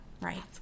Right